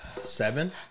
Seven